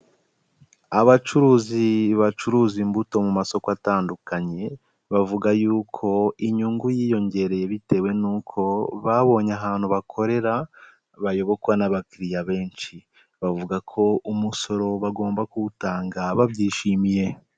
Abacuruzi bacuruza imbuto mu masoko atandukanye, bavuga yuko inyungu yiyongereye bitewe nuko babonye ahantu bakorera, bayobokwa n'abakiriya benshi. Bavuga ko umusoro bagomba kuwutanga babyishimiye.